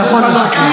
מה קרה?